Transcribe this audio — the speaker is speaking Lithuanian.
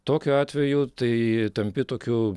tokiu atveju tai tampi tokiu